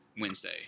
Wednesday